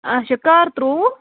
اَچھا کَر ترٛووٕ